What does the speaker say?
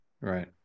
Right